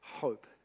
hope